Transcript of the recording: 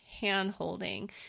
hand-holding